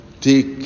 take